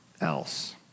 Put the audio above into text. else